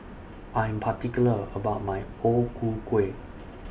I Am particular about My O Ku Kueh